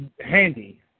Handy